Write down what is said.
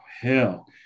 hell